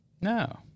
No